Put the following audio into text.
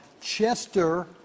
Chester